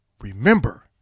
Remember